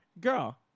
Girl